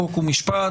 חוק ומשפט,